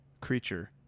creature